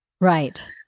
Right